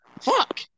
fuck